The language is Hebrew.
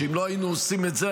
שאם לא היינו עושים את זה,